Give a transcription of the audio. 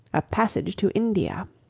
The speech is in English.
a passage to india.